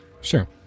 sure